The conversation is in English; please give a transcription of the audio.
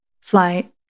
flight